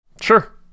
Sure